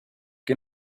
que